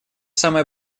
самое